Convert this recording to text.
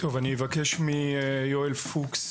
אני אבקש מיואל פוקס,